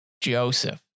joseph